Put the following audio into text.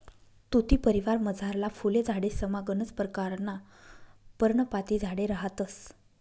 तुती परिवारमझारला फुल झाडेसमा गनच परकारना पर्णपाती झाडे रहातंस